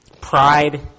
pride